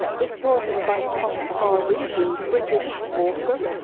this poem is by thomas hardy, the british author,